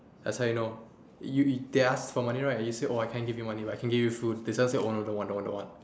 that's how you know you if they ask for money right you say oh I can't give you money right but I can give you food they just say don't want don't want don't want